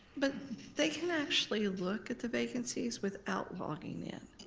but they can actually look at the vacancies without logging in.